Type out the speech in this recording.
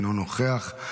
אינו נוכח.